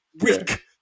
weak